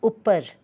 ਉੱਪਰ